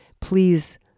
please